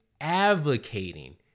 advocating